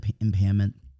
impairment